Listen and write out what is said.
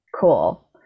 Cool